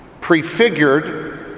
prefigured